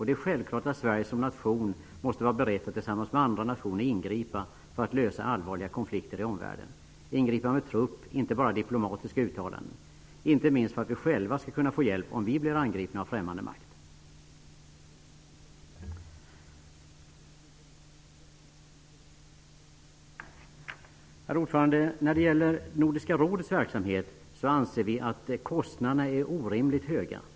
Det är självklart att Sverige som nation måste vara berett att tillsammans med andra nationer ingripa för att lösa allvarliga konflikter i omvärlden -- ingripanden med trupp, inte bara med diplomatiska uttalanden. Detta måste vi göra inte minst för att vi själva skall kunna få hjälp om vi blir angripna av främmande makt. Herr talman! Vi anser att kostnaderna för Nordiska rådet är orimligt höga.